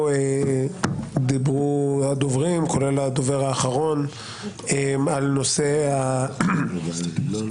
דיברו הדוברים כולל הדובר האחרון על נושא הכדאיות